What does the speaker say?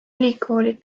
ülikooli